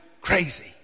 crazy